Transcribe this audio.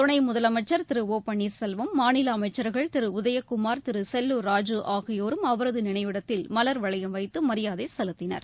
துணை முதலமைச்சர் திரு ஓ பள்ளீர்செல்வம் மாநில அமைச்சர்கள் திரு உதயகுமார் திரு செல்லூர் ராஜூ ஆகியோரும் அவரது நினைவிடத்தில் மலர்வளையம் வைத்து மரியாதை செலுத்தினர்